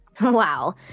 Wow